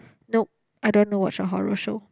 nope I don't want to watch a horror show